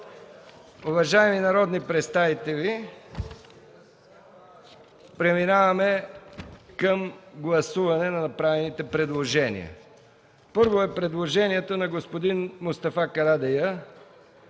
Уважаеми народни представители, преминаваме към гласуване на направените предложения. Първо е предложението на господин Мустафа Карадайъ,